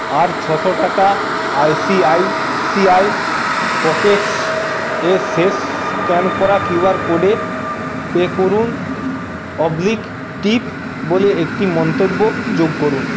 আর ছশো টাকা ICICI Pockets এ শেষ স্ক্যান করা কিউআর কোডে পে করুন অবলিক টিপ বলে একটি মন্তব্য যোগ করুন